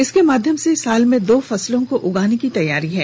इसके माध्यम से साल में दो फसलों को उगाने की तैयारी है